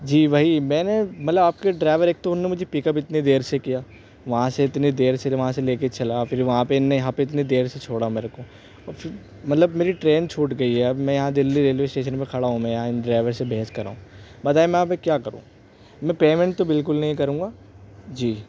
جی وہی میں نے مطلب آپ کے ڈرائیور ایک تو انہوں نے مجھے پک اپ اتنے دیر سے کیا وہاں سے اتنے دیر سے وہاں سے لے کے چلا اور پھر وہاں پہ ان نے یہاں پہ اتنی دیر سے چھوڑا میرے کو اور پھر مطلب میری ٹرین چھوٹ گئی ہے اب میں یہاں دلّی ریلوے اسٹیشن پہ کھڑا ہوں میں یہاں ان ڈرائیور سے بحث کر رہا ہوں بتائیے میں یہاں پہ کیا کروں میں پیمنٹ تو بالکل نہیں کروں گا جی